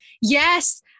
Yes